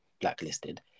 blacklisted